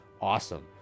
awesome